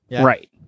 Right